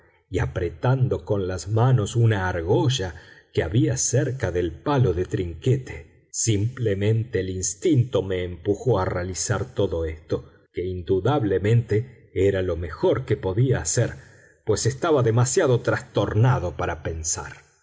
y apretando con las manos una argolla que había cerca del palo de trinquete simplemente el instinto me empujó a realizar todo esto que indudablemente era lo mejor que podía hacer pues estaba demasiado trastornado para pensar